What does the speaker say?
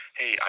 hey